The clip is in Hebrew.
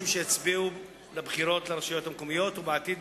שיצביעו בבחירות לרשויות המקומיות ובעתיד,